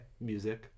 music